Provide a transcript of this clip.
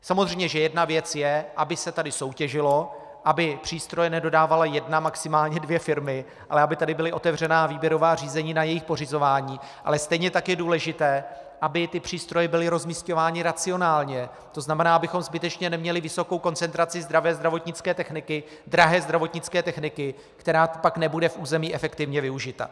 Samozřejmě že jedna věc je, aby se tady soutěžilo, aby přístroje nedodávala jedna, maximálně dvě firmy, ale aby tady byla otevřená výběrová řízení na jejich pořizování, ale stejně tak je důležité, aby přístroje byly rozmisťovány racionálně, tedy abychom zbytečně neměli vysokou koncentraci drahé zdravotnické techniky, která pak nebude v území efektivně využita.